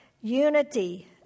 unity